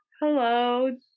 Hello